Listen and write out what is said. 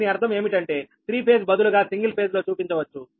దీని అర్థం ఏమిటి అంటే త్రీ ఫేజ్ బదులుగా సింగిల్ ఫేజ్ లో చూపించవచ్చు